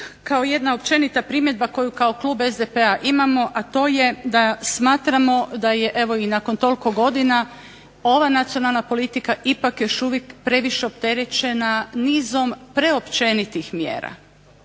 kao jedna općenita primjedba koju kao klub SDP-a imamo, a to je da smatramo da je evo i nakon toliko godina ova nacionalna politika ipak još uvijek previše opterećena nizom preopćenitih mjera.